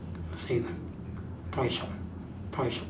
same toy shop toy shop